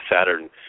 Saturn